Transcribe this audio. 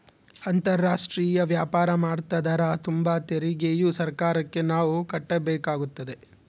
ಅಂತಾರಾಷ್ಟ್ರೀಯ ವ್ಯಾಪಾರ ಮಾಡ್ತದರ ತುಂಬ ತೆರಿಗೆಯು ಸರ್ಕಾರಕ್ಕೆ ನಾವು ಕಟ್ಟಬೇಕಾಗುತ್ತದೆ